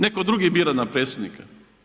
Netko drugi bira nam predsjednika.